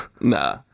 nah